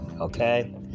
Okay